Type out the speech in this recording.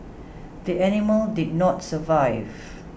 the animal did not survive